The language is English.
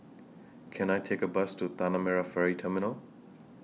Can I Take A Bus to Tanah Merah Ferry Terminal